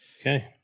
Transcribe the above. Okay